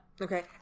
Okay